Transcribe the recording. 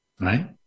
Right